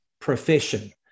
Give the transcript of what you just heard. profession